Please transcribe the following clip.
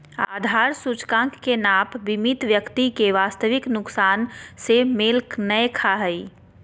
आधार सूचकांक के नाप बीमित व्यक्ति के वास्तविक नुकसान से मेल नय खा हइ